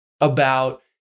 about-